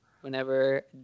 whenever